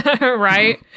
Right